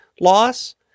loss